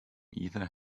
either